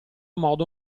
modo